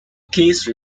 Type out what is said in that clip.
case